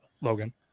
Logan